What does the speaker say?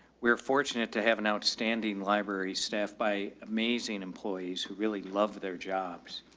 we are fortunate to have an outstanding library staff by amazing employees who really love their jobs.